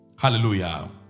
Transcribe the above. Hallelujah